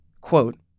quote